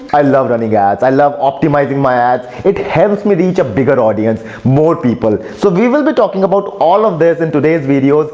i love running ads. i love optimizing my ads, it helps me reach a bigger audience more people. so we will be talking about all of this in today's video,